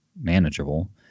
manageable